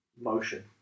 motion